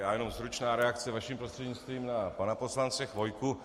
Já jenom stručnou reakci, vaším prostřednictvím, na pana poslance Chvojku.